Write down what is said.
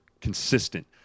consistent